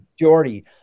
majority